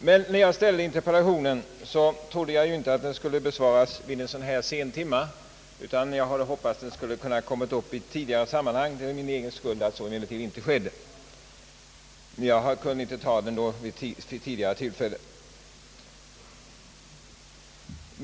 Men när jag ställde interpellationen trodde jag inte att den skulle besvaras vid ett tillfälle som detta utan hade hoppats att den kunnat komma upp i ett tidigare sammanhang. Det är i alla fall min egen skuld att så inte skedde, eftersom jag inte kunde ta emot svaret vid ett tidigare tillfälle.